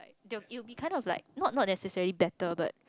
it'll be kind of like not not necessarily better but